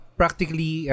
practically